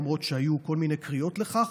למרות שהיו כל מיני קריאות לכך,